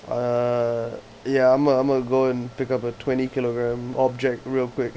uh ya imma imma go and pick up a twenty kilogram object real quick